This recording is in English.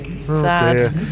sad